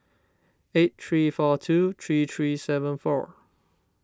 eight three four two three three seven four